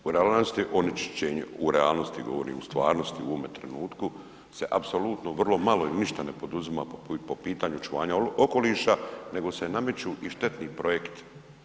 U realnosti je onečišćenje, u realnosti govorim u stvarnosti u ovome trenutku se apsolutno i vrlo malo ili ništa ne poduzima po pitanju očuvanja okoliša nego se nameću i štetni projekti.